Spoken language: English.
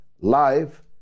live